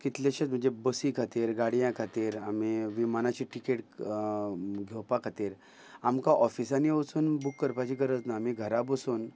कितलेशेच म्हणजे बसी खातीर गाडयां खातीर आमी विमानाची टिकीट घेवपा खातीर आमकां ऑफिसांनी वचून बूक करपाची गरज ना आमी घरा बसून